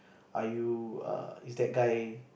are you err is that guy